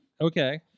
Okay